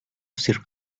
sir